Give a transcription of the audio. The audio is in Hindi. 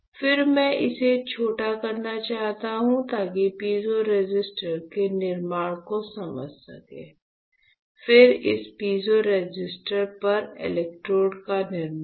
फिर मैं इसे छोटा करना चाहता हूं ताकि पीजो रेसिस्टर के निर्माण को समझ सके फिर इस पीजो रेसिस्टर पर इलेक्ट्रोड का निर्माण